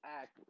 act